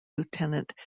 lieutenant